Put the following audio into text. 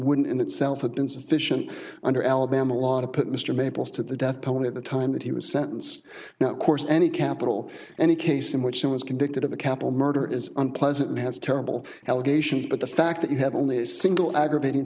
wouldn't in itself have been sufficient under alabama law to put mr maples to the death penalty at the time that he was sentenced now of course any capital any case in which he was convicted of the capital murder is unpleasant and has terrible allegations but the fact that you have only a single aggravating